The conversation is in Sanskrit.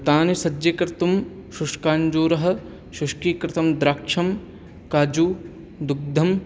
तानि सज्जीकर्तुं शुष्काञ्जूरः शुष्कीकृता द्राक्षा काजु दुग्धं